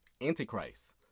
antichrist